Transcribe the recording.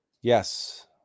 Yes